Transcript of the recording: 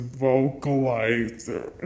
vocalizer